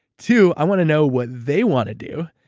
two, i want to know what they want to do.